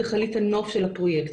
אדריכלית הנוף של הפרויקט.